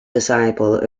disciple